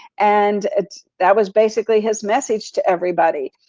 and that was basically his message to everybody.